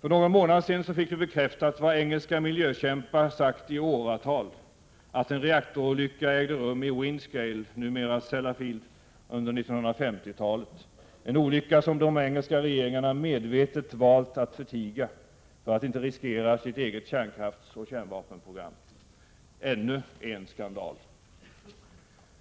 För någon månad sedan fick vi bekräftat vad engelska miljökämpar sagt i åratal — att en reaktorolycka ägde rum i Windscale, numera Sellafield, under 1950-talet — en olycka som de engelska regeringarna medvetet valt att förtiga, för att inte riskera sitt eget kärnkraftsoch kärnvapenprogram. Ännu en skandal.